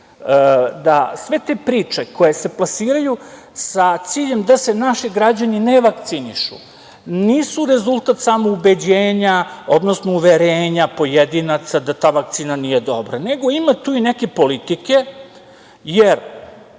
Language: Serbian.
da sve te priče koje se plasiraju sa ciljem da se naši građani ne vakcinišu nisu rezultat samoubeđenja, odnosno uverenja pojedinaca da ta vakcina nije dobra, nego ima tu i neke politike. Jer,